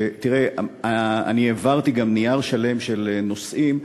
תראה, אני העברתי גם נייר שלם של נושאים.